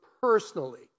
personally